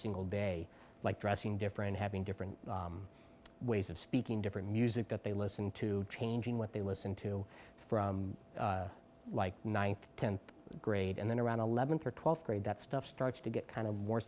single day like dressing different having different ways of speaking different music that they listen to changing what they listen to from like ninth tenth grade and then around eleven for twelfth grade that stuff starts to get kind of more